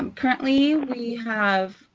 um currently we have,